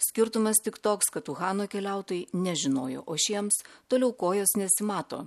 skirtumas tik toks kad uhano keliautojai nežinojo o šiems toliau kojos nesimato